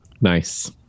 nice